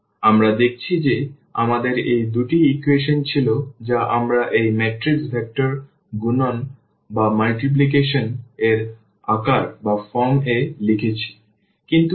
সুতরাং আমরা দেখেছি যে আমাদের এই দুটি ইকুয়েশন ছিল যা আমরা এই ম্যাট্রিক্স ভেক্টর গুণন এর আকার এ লিখেছি